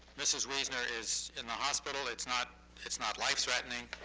mrs. wiesner is in the hospital. it's not it's not life threatening.